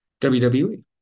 WWE